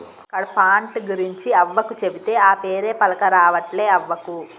కడ్పాహ్నట్ గురించి అవ్వకు చెబితే, ఆ పేరే పల్కరావట్లే అవ్వకు